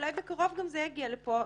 אולי בקרוב גם זה יגיע לפה.